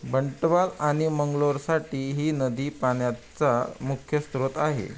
बंटवाल आणि मंगलोरसाठी ही नदी पाण्याचा मुख्य स्रोत आहे